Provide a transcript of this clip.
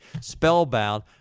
spellbound